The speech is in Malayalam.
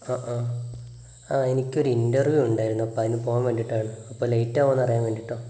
ആ ആ എനിക്കൊരു ഇൻറ്റർവ്യൂ ഉണ്ടായിരുന്നു അപ്പോൾ അതിന് പോകാൻ വേണ്ടിയിട്ടായിരുന്നു അപ്പോൾ ലേറ്റ് ആകുവൊന്നറിയാൻ വേണ്ടിയിട്ടാണ്